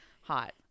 hot